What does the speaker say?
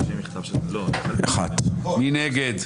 מי נגד?